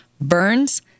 burns